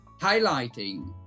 highlighting